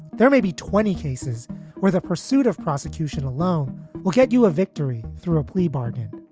there may be twenty cases where the pursuit of prosecution alone will get you a victory. through a plea bargain.